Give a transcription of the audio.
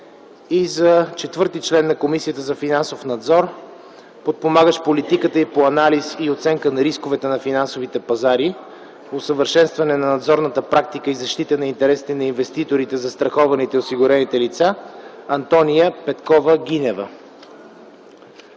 - за четвърти член на Комисията за финансов надзор, подпомагащ политиката й по анализ и оценка на рисковете на финансовите пазари, усъвършенстване на надзорната практика и защита на интересите на инвеститорите, застрахованите и осигурените лица – Антония Петкова Гинева.